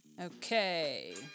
okay